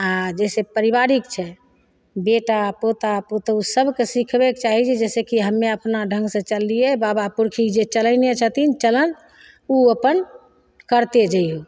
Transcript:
आओर जैसे पारिवारिक छै बेटा पोता पुतौहु सबके सिखबयके चाही जे जैसे कि हमे अपना ढङ्गसँ चललियै बाबा पुरखा जे चलेने छथिन चलन उ अपन करते जइयौ